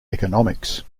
economics